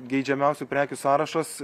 geidžiamiausių prekių sąrašas